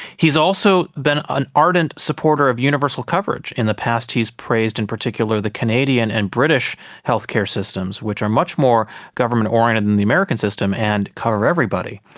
he has also been an ardent supporter of universal coverage. in the past he has praised in particular the canadian and british healthcare systems, which are much more government oriented than the american system and cover everybody.